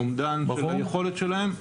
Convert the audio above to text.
אומדן של היכולת שלהם,